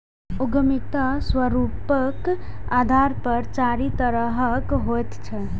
उद्यमिता स्वरूपक आधार पर चारि तरहक होइत छैक